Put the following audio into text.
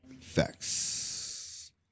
Facts